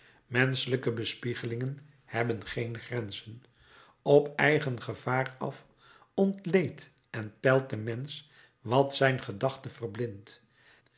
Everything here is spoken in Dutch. menschelijke bespiegelingen hebben geen grenzen op eigen gevaar af ontleedt en peilt de mensch wat zijn gedachte verblindt